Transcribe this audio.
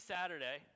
Saturday